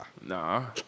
Nah